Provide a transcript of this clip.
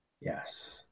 Yes